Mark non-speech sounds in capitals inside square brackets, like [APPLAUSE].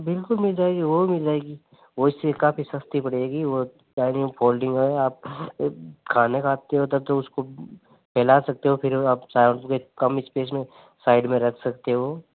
बिल्कुल मिल जाएगी वो भी मिल जाएगी वो इससे काफी सस्ती पड़ेगी वो [UNINTELLIGIBLE] फोलडींग है आप खाना खाते हो तब तो उसको फैला सकते हो फिर [UNINTELLIGIBLE] में कम इसपेस में साइड में रख सकते हो